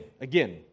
again